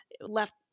left